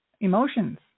emotions